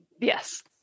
yes